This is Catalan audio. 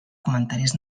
comentaris